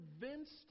convinced